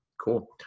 cool